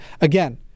Again